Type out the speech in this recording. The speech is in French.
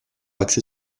axée